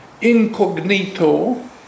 incognito